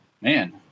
man